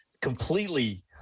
completely